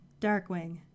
Darkwing